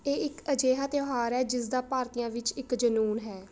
ਇਹ ਇੱਕ ਅਜਿਹਾ ਤਿਉਹਾਰ ਹੈ ਜਿਸ ਦਾ ਭਾਰਤੀਆਂ ਵਿੱਚ ਇੱਕ ਜਨੂੰਨ ਹੈ